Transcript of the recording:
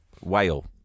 whale